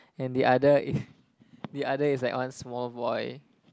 and the other the other is like one small boy